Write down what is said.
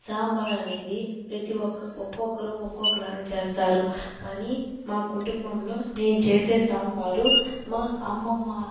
సాంబార్ అనేది ప్రతి ఒక ఒక్కొక్కరు ఒక్కొక్కలాగా చేస్తారు కానీ మా కుటుంబంలో నేను చేసే సాంబారు మా అమ్మమ్మ